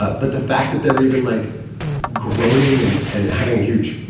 but but the fact that they're even like growning and and having a huge,